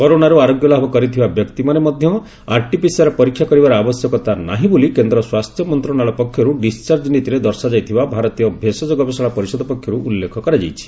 କରୋନାରୁ ଆରୋଗ୍ୟଲାଭ କରିଥିବା ବ୍ୟକ୍ତିମାନେ ମଧ୍ୟ ଆରଟିପିସିଆର ପରୀକ୍ଷା କରିବାର ଆବଶ୍ୟକତା ନାହିଁ ବୋଲି ମଧ୍ୟ କେନ୍ଦ୍ର ସ୍ୱାସ୍ଥ୍ୟମନ୍ତ୍ରଣାଳୟ ପକ୍ଷରୁ ଡିସ୍ଚାର୍ଜ୍ ନୀତିରେ ଦର୍ଶାଯାଇଥିବା ଭାରତୀୟ ଭେଷଜ ଗବେଷଣା ପରିଷଦ ପକ୍ଷରୁ ଉଲ୍ଲେଖ କରାଯାଇଛି